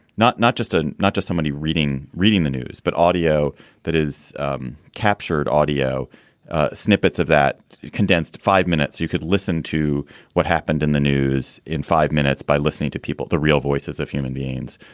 not not just a not just somebody reading reading the news, but audio that is captured audio snippets snippets of that condensed five minutes you could listen to what happened in the news in five minutes by listening to people, the real voices of human beings,